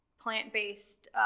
plant-based